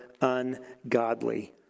ungodly